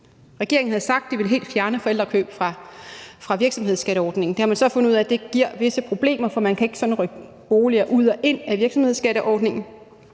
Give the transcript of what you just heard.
Regeringen havde sagt, at den helt ville fjerne forældrekøb fra virksomhedsskatteordningen. Det har man så fundet ud af giver visse problemer, for man kan ikke sådan rykke boliger ud og ind af virksomhedsskatteordningen,